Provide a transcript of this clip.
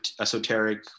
esoteric